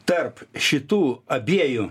tarp šitų abiejų